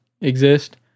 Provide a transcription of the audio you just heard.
exist